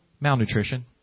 Malnutrition